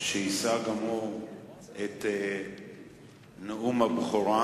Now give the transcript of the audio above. שיישא גם הוא את נאום הבכורה